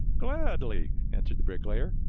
gladly, answered the bricklayer.